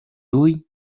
ull